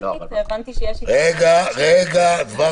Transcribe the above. והבנתי שיש --- רגע,